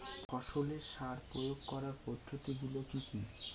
ফসলের সার প্রয়োগ করার পদ্ধতি গুলো কি কি?